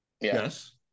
Yes